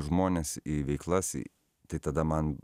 žmones į veiklas į tai tada man